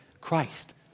Christ